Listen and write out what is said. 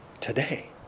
today